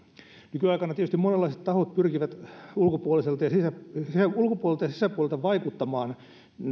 nykyaikana digitalisaation aikana tietysti monenlaiset tahot pyrkivät ulkopuolelta ja sisäpuolelta vaikuttamaan